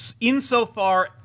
Insofar